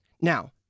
Now